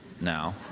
now